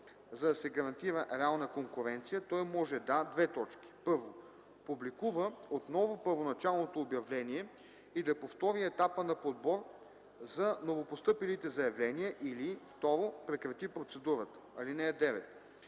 за да се гарантира реална конкуренция, той може да: 1. публикува отново първоначалното обявление и да повтори етапа на подбор за новопостъпилите заявления, или 2. прекрати процедурата. (9)